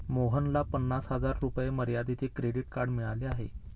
मोहनला पन्नास हजार रुपये मर्यादेचे क्रेडिट कार्ड मिळाले आहे